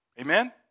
Amen